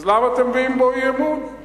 אז למה אתם מביעים אי-אמון בו?